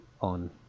on